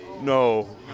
No